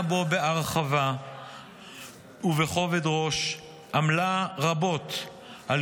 והיא דנה בו בהרחבה ובכובד ראש ועמלה רבות על